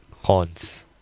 Horns